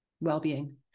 well-being